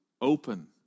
open